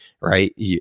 right